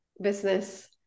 business